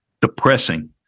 depressing